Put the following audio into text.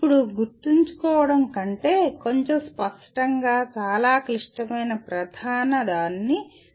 ఇప్పుడు గుర్తుంచుకోవడం కంటే కొంచెం స్పష్టంగా చాలా క్లిష్టమైన ప్రధాన మరొకదానిని చూద్దాము